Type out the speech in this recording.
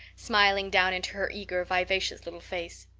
smiling down into her eager, vivacious little face.